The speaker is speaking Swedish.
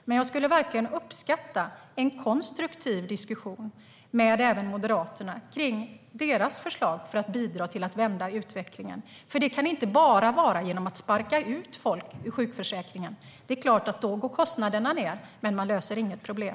Men jag skulle verkligen uppskatta en konstruktiv diskussion med Moderaterna om deras förslag för att bidra till att vända utvecklingen, för det kan inte bara vara att kasta ut folk ur sjukförsäkringen. Det är klart att då går kostnaderna ned, men man löser inget problem.